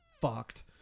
Fucked